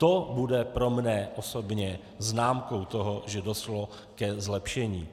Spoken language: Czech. To bude pro mne osobně známkou toho, že došlo ke zlepšení.